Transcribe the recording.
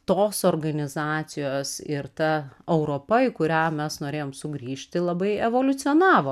tos organizacijos ir ta europa į kurią mes norėjom sugrįžti labai evoliucionavo